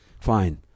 fine